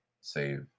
save